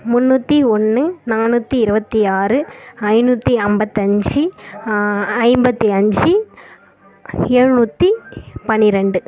முன்னூற்றி ஒன்று நானூற்றி இருபத்தி ஆறு ஐநூற்றி ஐம்பத்தஞ்சு ஐம்பத்தி அஞ்சு எழுநூற்றி பன்னிரெண்டு